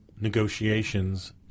negotiations